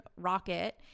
rocket